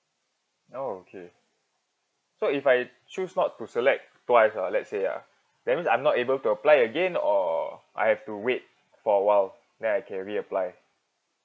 oh K so if I choose not to select twice ah let's say ah that means I'm not able to apply again or I have to wait for awhile then I can reapply